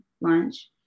lunch